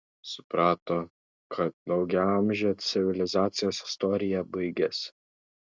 suprato kad daugiaamžė civilizacijos istorija baigiasi